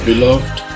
Beloved